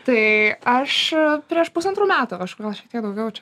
tai aš prieš pusantrų metų aišku gal šiek tiek daugiau čia